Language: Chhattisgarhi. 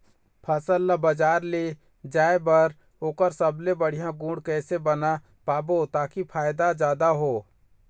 फसल ला बजार ले जाए बार ओकर सबले बढ़िया गुण कैसे बना पाबो ताकि फायदा जादा हो?